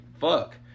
fuck